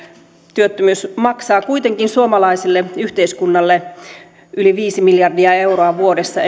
työttömyys maksaa kuitenkin suomalaiselle yhteiskunnalle yli viisi miljardia euroa vuodessa